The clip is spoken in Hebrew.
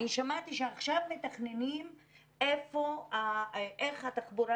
אני שמעתי שעכשיו מתכננים איך התחבורה